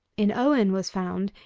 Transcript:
in owen was found,